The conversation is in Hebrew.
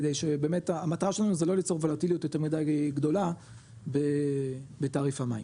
כדי שבאמת המטרה שלנו זה לא ליצור ולטיליות יותר מדי גדולה בתעריף המים,